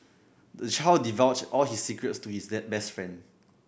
the child divulged all his secrets to his that best friend